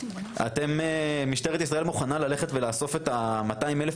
האם משטרת ישראל מוכנה ללכת ולאסוף את ה-200 אלף